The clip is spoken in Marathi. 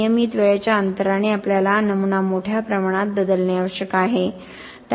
नियमित वेळेच्या अंतराने आपल्याला नमुना मोठ्या प्रमाणात बदलणे आवश्यक आहे